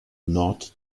nord